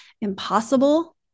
impossible